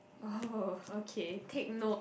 oh okay take note